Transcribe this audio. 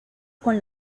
con